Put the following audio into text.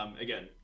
Again